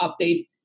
update